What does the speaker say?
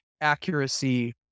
accuracy